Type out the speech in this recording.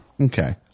Okay